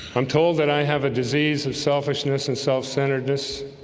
i'm told that i have a disease of selfishness and self-centeredness